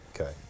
Okay